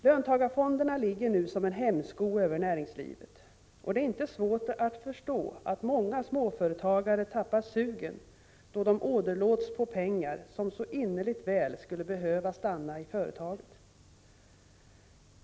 Löntagarfonderna är nu en hämsko på näringslivet. Det är inte svårt att förstå att många småföretagare tappar sugen då de åderlåts på pengar som så innerligt väl skulle behöva stanna inom företaget.